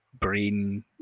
brain